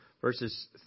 verses